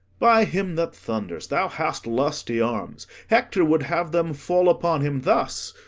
by him that thunders, thou hast lusty arms hector would have them fall upon him thus.